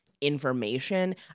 information